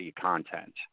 content